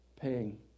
paying